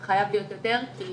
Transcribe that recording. חייבת להיות יותר כי